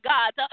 God